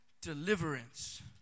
deliverance